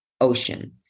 Ocean